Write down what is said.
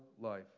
life